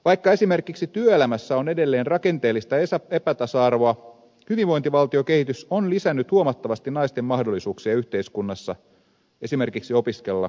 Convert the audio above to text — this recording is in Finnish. vaikka esimerkiksi työelämässä on edelleen rakenteellista epätasa arvoa hyvinvointivaltiokehitys on lisännyt huomattavasti naisten mahdollisuuksia yhteiskunnassa esimerkiksi opiskella ja käydä töissä